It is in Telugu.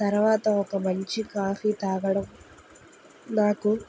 తర్వాత ఒక మంచి కాఫీ తాగడం నాకు